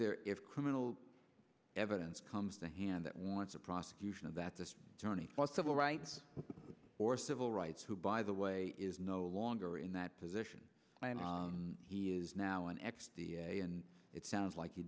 there is criminal evidence comes to hand that wants a prosecution of that this journey was civil rights or civil rights who by the way is no longer in that position and he is now an ex the and it sounds like he